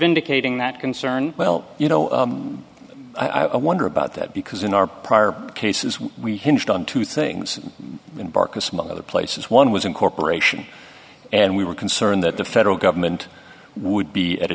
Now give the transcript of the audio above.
vindicating that concern well you know i wonder about that because in our prior cases we hinged on two things and barkus most other places one was incorporation and we were concerned that the federal government would be at a